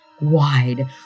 Wide